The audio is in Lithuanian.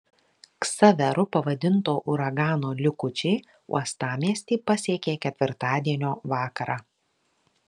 ksaveru pavadinto uragano likučiai uostamiestį pasiekė ketvirtadienio vakarą